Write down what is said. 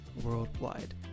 worldwide